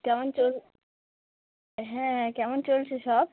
কেমন চল হ্যাঁ কেমন চলছে সব